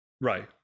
Right